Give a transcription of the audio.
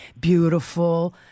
beautiful